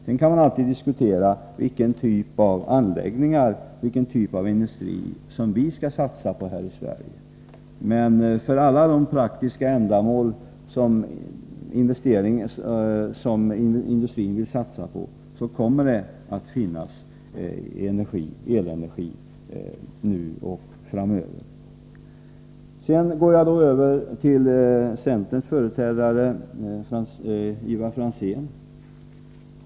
Sedan kan man alltid diskutera vilken typ av anläggningar och vilken typ av industri vi skall satsa på här i Sverige. Men för alla de praktiska ändamål som industrin vill satsa på kommer det att finnas elenergi nu och framöver. Sedan övergår jag till att bemöta centerns företrädare, Ivar Franzén.